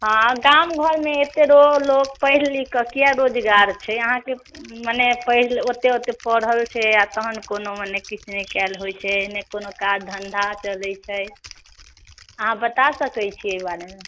हँ गामघरमे अत्तेलोक पढ़ि लिखके किया बेरोजगार छै अहाँके मने पढ़ि मतलब ओत्ते ओत्ते पढ़ल छै आ तखन कोनोमे किछु नहि कएल होइ छै नहि कोनो काज धन्धा चलै छै अहाँ बताय सकै छी एहि बारेमे